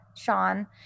Sean